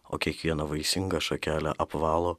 o kiekvieną vaisingą šakelę apvalo